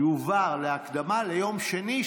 יועבר להקדמה ביום שני,